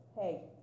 hey